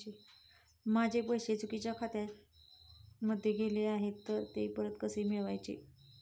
माझे पैसे चुकीच्या खात्यामध्ये गेले आहेत तर ते परत कसे मिळवायचे?